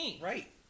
Right